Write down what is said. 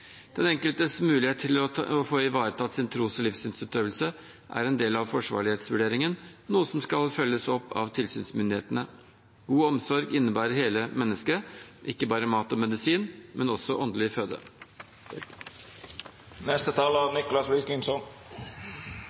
Den enkeltes mulighet til å få ivaretatt sin tros- og livssynsutøvelse er en del av forsvarlighetsvurderingen, noe som skal følges opp av tilsynsmyndighetene. God omsorg innebærer hele mennesket – ikke bare mat og medisin, men også